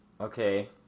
Okay